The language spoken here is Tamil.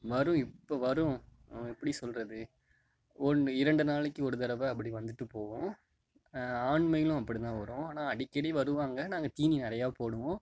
வரும் இப்போ வரும் எப்படி சொல்றது ஒன்று இரண்டு நாளைக்கு ஒருதடவை அப்படி வந்துவிட்டு போவும் ஆண் மயிலும் அப்படிதான் வரும் ஆனால் அடிக்கடி வருவாங்க நாங்கள் தீனி நிறையா போடுவோம்